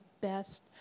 best